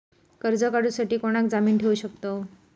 कर्ज काढूसाठी कोणाक जामीन ठेवू शकतव?